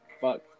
fuck